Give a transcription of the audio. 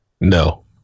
No